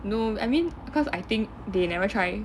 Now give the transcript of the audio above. no I mean because I think they never try